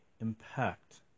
impact